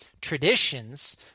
traditions